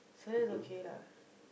so that's okay lah